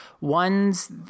Ones